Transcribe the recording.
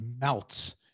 melts